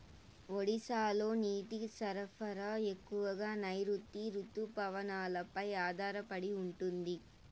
ఒడిశాలో నీటి సరఫరా ఎక్కువగా నైరుతి రుతుపవనాలపై ఆధారపడి ఉంటుంది